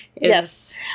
Yes